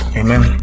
amen